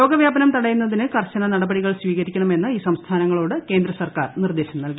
രോഗവ്യാപനം തടയുന്നതിന് കർശന നടപടികൾ സ്വീകരിക്കണമെന്ന് ഈ സംസ്ഥാനങ്ങളോട് കേന്ദ്രസർക്കാർ നിർദ്ദേശം നൽകി